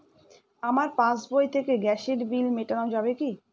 আমার পাসবই থেকে গ্যাসের বিল মেটানো যাবে কি?